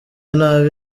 nabi